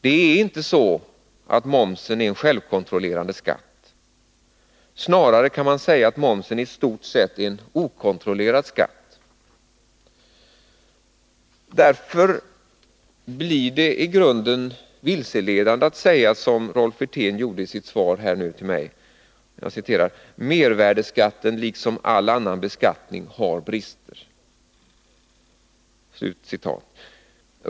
Det är inte så att momsen är en självkontrollerande skatt. Snarare kan man säga att momsen i stort sett är en okontrollerad skatt. Därför är det i grunden vilseledande att säga som Rolf Wirtén gjorde i sitt svar till mig, att ”mervärdeskatten, liksom all annan beskattning, har brister”.